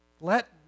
Let